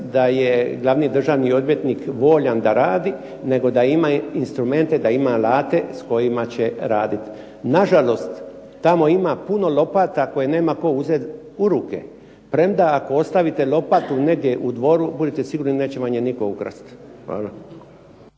da je glavni državni odvjetnik voljan da radi nego da ima instrumente, da ima alate s kojima će raditi. Nažalost, tamo ima puno lopata koje nema tko uzeti u ruke. Premda ako ostavite lopatu negdje u dvoru budite sigurni neće vam je nitko ukrasti.